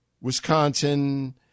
Wisconsin